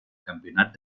campionat